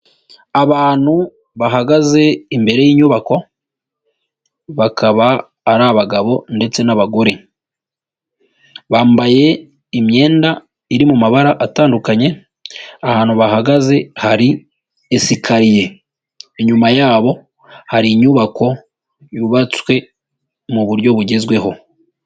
Abantu bahagaze imbere y'inyubako, bakaba ari abagabo ndetse n'abagore, bambaye imyenda iri mu mabara atandukanye, ahantu bahagaze hari esikariye, inyuma yabo hari inyubako yubatswe mu buryo bugezweho.